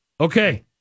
Okay